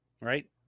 Right